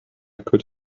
could